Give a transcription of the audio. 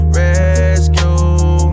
rescue